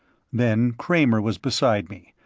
then kramer was beside me,